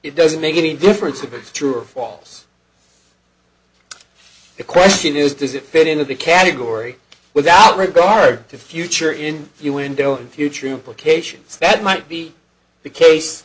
it doesn't make any difference if it's true or false the question is does it fit into the category without regard to future in your window in future implications that might be the case